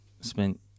spent